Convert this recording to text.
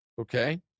Okay